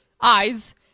eyes